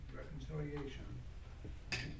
reconciliation